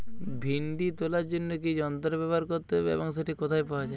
ভিন্ডি তোলার জন্য কি যন্ত্র ব্যবহার করতে হবে এবং সেটি কোথায় পাওয়া যায়?